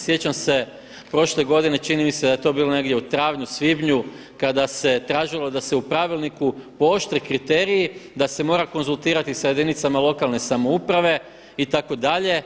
Sjećam se prošle godine čini mi se da je to bilo negdje u travnju, svibnju kada se tražilo da se u pravilniku pooštre kriteriji da se mora konzultirati sa jedinicama lokalne samouprave itd.